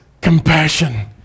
Compassion